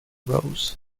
rose